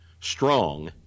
strong